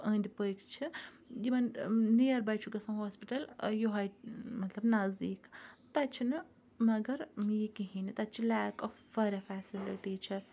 أندۍ پٔکۍ چھِ یِمَن نِیَر بے چھُ گَژھان ہوسپِٹَل یہے مَطلَب نَزدیک تَتہِ چھِ نہٕ مَگَر یہِ کِہیٖنۍ تَتہِ چھِ لیک آف واریاہ فیسَلٹی چھِ